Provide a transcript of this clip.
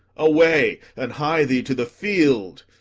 away, and hie thee to the field!